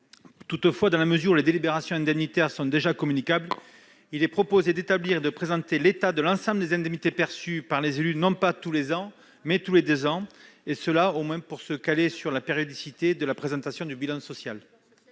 Toutefois, dans la mesure où les délibérations indemnitaires sont déjà communicables, il est proposé d'établir et de présenter l'état de l'ensemble des indemnités perçues par les élus non pas tous les ans, mais tous les deux ans, pour s'aligner sur la périodicité de la présentation du bilan social.